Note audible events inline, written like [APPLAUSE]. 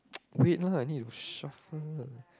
[NOISE] wait lah I need to shuffle